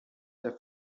der